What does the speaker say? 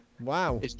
Wow